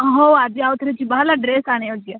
ହଉ ହଉ ଆଜି ଆଉଥରେ ଯିବା ହେଲା ଡ୍ରେସ୍ ଆଣିବାକୁ ଯିବା